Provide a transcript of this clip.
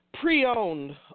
pre-owned